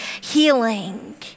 healing